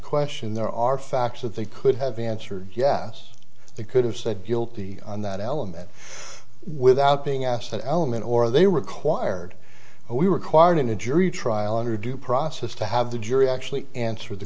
question there are facts that they could have answered yes they could have said guilty on that element without being asked that element or they required we required in a jury trial under due process to have the jury actually answer the